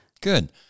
Good